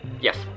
Yes